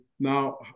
Now